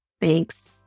Thanks